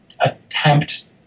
attempt